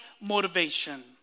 motivation